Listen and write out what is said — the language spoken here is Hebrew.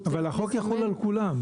הוא צריך לסמן --- אבל החוק יחול על כולם,